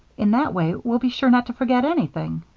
in that way, we'll be sure not to forget anything.